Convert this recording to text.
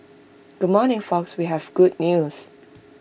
good morning folks we have good news